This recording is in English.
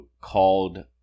called